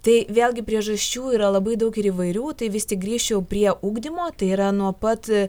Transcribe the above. tai vėlgi priežasčių yra labai daug ir įvairių tai vis griežčiau prie ugdymo tai yra nuo pat